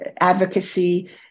advocacy